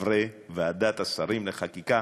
חברי ועדת השרים לחקיקה,